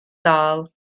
dal